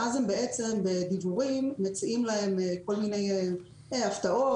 ואז בדיוור מציעים להם הפתעות,